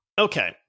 Okay